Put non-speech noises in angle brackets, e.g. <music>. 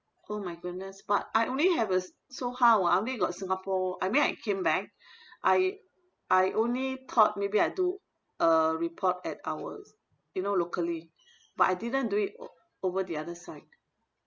oh my goodness but I only have a s~ so how ah I only got singapore I mean I came back <breath> I I only thought maybe I do a report at our you know locally but I didn't do it o~ over the other side